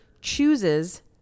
chooses